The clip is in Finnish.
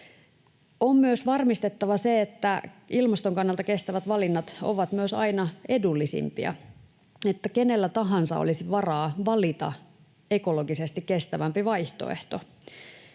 On myös varmistettava, että ilmaston kannalta kestävät valinnat ovat myös aina edullisimpia, että kenellä tahansa olisi varaa valita ekologisesti kestävämpi vaihtoehto,